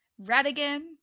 Radigan